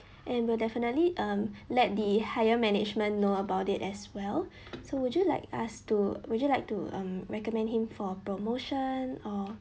and we'll definitely um let the higher management know about it as well so would you like us to would you like to um recommend him for a promotion or